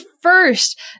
first